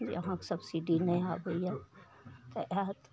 अहाँके सब्सिडी नहि आबैए जँ आएत